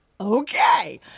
okay